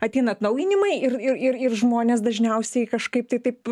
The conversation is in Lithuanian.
ateina atnaujinimai ir ir ir iržmonės dažniausiai kažkaip tai taip